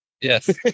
yes